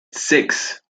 six